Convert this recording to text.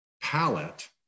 palette